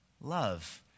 Love